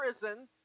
prison